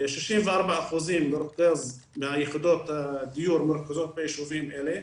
64% מהיחידות הדיור מרוכזות ביישובים אלה.